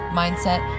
mindset